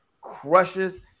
crushes